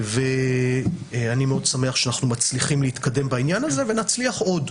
אני מאוד שמח שאנחנו מצליחים להתקדם בעניין הזה ונצליח עוד.